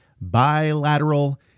bilateral